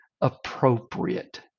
appropriate